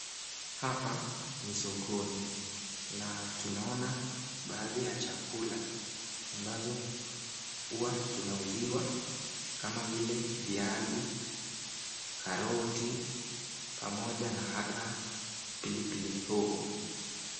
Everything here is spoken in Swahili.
Hapa ni sokoni. Na tunaona baadhi ya chakula ambazo huwa tunauziwa kama vile viazi, karoti pamoja na hata pilipili hoho.